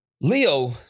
Leo